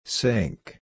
Sink